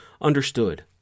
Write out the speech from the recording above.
understood